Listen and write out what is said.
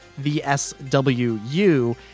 VSWU